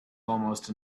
almost